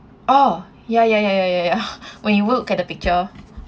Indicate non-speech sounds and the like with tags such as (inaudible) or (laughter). oh ya ya ya ya ya ya (breath) when you look at the picture